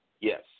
Yes